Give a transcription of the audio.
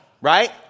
right